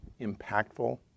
impactful